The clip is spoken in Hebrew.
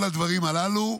כל הדברים הללו.